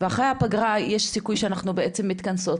ואחרי הפגרה יש סיכוי שאנחנו מתכנסות